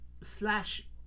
slash